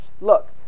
Look